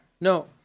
No